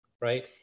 right